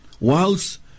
whilst